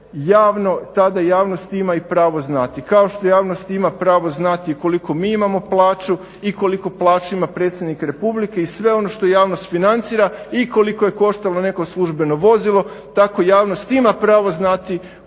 tada javnost ima i pravo znati, kao što javnost ima pravo znati koliku mi imamo plaću i koliku plaću ima predsjednik Republike i sve ono što javnost financira i koliko je koštalo neko službeno vozilo, tako javnost ima pravo znati tko ima koliku plaću